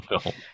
film